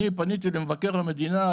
אני פניתי למבקר המדינה,